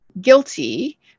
guilty